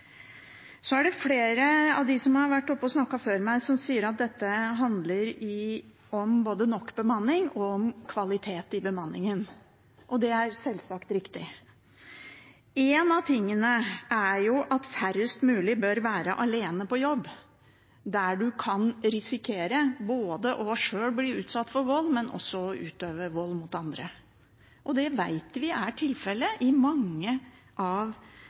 Flere av dem som har vært oppe og snakket før meg, sier at dette handler både om nok bemanning og om kvalitet i bemanningen. Det er selvsagt riktig. En ting er at færrest mulig bør være alene på jobb der en kan risikere selv å bli utsatt for vold, men også å utøve vold mot andre. Det vet vi er tilfelle i mange av